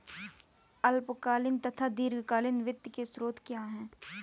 अल्पकालीन तथा दीर्घकालीन वित्त के स्रोत क्या हैं?